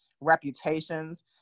reputations